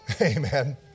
Amen